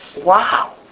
Wow